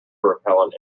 repellent